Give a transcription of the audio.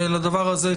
לדבר הזה,